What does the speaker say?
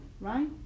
right